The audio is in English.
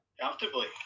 Comfortably